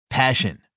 Passion